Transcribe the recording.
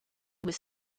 was